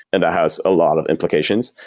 and that has a lot of implications.